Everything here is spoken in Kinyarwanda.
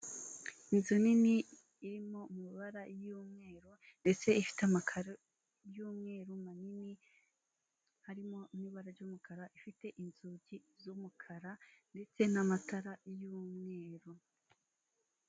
Inzu nini irimo amabara y'umweru ndetse ifite amakaro y'umweru manini, harimo n'ibara ry'umukara, ifite inzugi z'umukara ndetse n'amatara y'umweru.